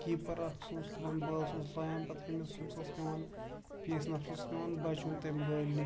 keeper اکھ سُہ اوس تراوان بال سُہ اوس لایان پَتہٕ ہمِس تٔمِس اوس پیوان بییِس نَفرس اوس پیوان بَچُن تَمہِ بالہِ نِش